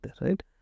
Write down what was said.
right